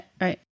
right